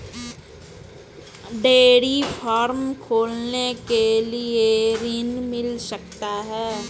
Dairy farm खोलने के लिए ऋण मिल सकता है?